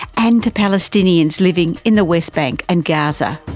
and to palestinians living in the west bank and gaza?